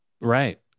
Right